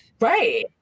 Right